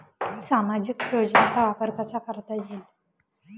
सामाजिक योजनेचा वापर कसा करता येईल?